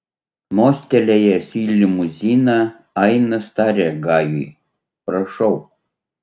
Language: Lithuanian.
mostelėjęs į limuziną ainas tarė gajui prašau